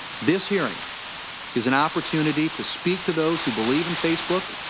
this hearing is an opportunity to speak to those who believe in facebook